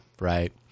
right